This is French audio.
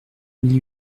mille